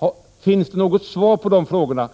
Larsson. Finns det något svar på de frågorna?